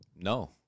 No